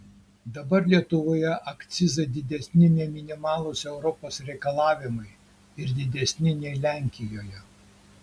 dabar lietuvoje akcizai didesni nei minimalūs europos reikalavimai ir didesni nei lenkijoje